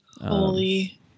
Holy